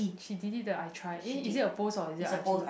she delete the I tried eh is it a post or is it a i_g